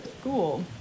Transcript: school